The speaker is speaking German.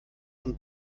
von